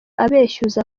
abeshyuza